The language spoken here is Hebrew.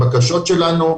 הבקשות שלנו,